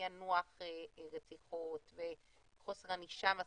פענוח רציחות וחוסר ענישה מספקת,